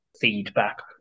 feedback